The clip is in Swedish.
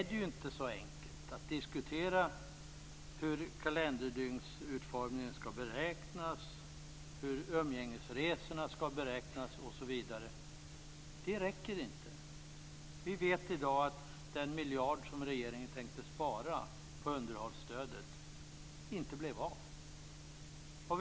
Det är inte så enkelt att man bara kan diskutera hur kalenderdygnsutformningen skall beräknas, hur umgängesresorna skall beräknas osv. Det räcker inte. Regeringen tänkte spara 1 miljard på underhållsstödet, men vi vet i dag att det inte blev så.